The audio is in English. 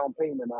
payment